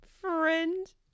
Friend